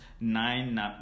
nine